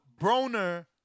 Broner